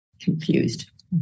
confused